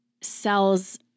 sells